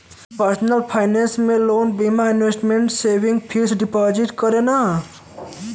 personal finance में लोग बीमा, इन्वेसमटमेंट, सेविंग, फिक्स डिपोजिट करलन